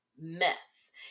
mess